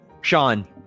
Sean